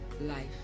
life